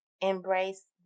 Embrace